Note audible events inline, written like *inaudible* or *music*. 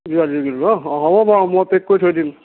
*unintelligible* kilo হ'ব বাৰু মই পেক কৰি থৈ দিম